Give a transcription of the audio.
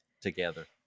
together